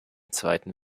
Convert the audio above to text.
zweiten